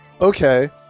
Okay